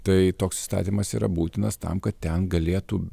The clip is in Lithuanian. tai toks įstatymas yra būtinas tam kad ten galėtų